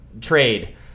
trade